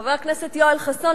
חבר הכנסת יואל חסון,